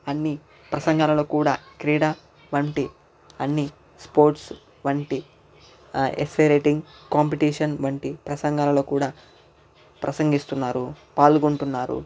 అన్నీ ప్రసంగాలలో కూడా క్రీడా వంటి అన్నీ స్పోర్ట్స్ వంటి యస్సే రైటింగ్ కాంపిటీషన్స్ వంటి ప్రసంగాలలో కూడా ప్రసంగిస్తున్నారు పాల్గొంటున్నారు